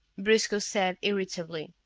briscoe said irritably.